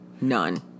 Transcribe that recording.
none